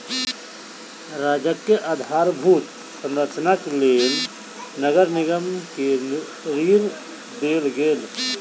राज्यक आधारभूत संरचनाक लेल नगर निगम के ऋण देल गेल